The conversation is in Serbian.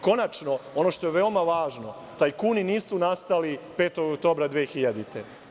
Konačno, ono što je veoma važno, tajkuni nisu nastali 5. oktobra 2000. godine.